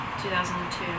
2002